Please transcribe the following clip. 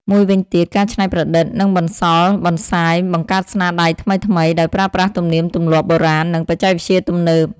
មួយវិញទៀតការច្នៃប្រឌិត និងបន្សល់បន្សាយ បង្កើតស្នាដៃថ្មីៗ ដោយប្រើប្រាស់ទំនៀមទំលាប់បុរាណ និងបច្ចេកវិទ្យាទំនើប។